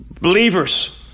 Believers